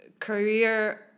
Career